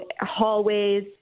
hallways